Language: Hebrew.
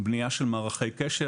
בנייה של מערכי קשר